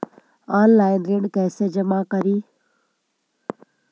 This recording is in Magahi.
ऑनलाइन ऋण कैसे जमा करी?